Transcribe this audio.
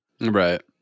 Right